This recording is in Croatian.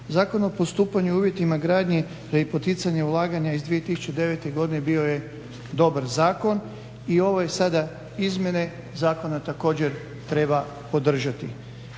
Zakon o postupanju i uvjetima gradnje i poticanja ulaganja iz 2009. godine bio je dobar zakon i ove sada izmjene zakona također treba podržati.